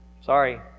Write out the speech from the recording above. Sorry